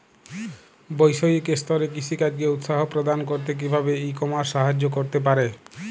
বৈষয়িক স্তরে কৃষিকাজকে উৎসাহ প্রদান করতে কিভাবে ই কমার্স সাহায্য করতে পারে?